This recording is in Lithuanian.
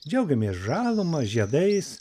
džiaugiamės žaluma žiedais